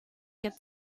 get